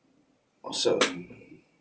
awesome